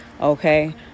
Okay